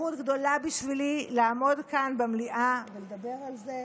זכות גדולה בשבילי לעמוד כאן במליאה ולדבר על זה.